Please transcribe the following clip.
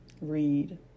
read